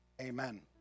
Amen